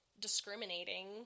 discriminating